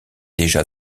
déjà